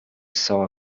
saw